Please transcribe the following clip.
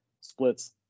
splits